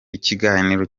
ikiganiro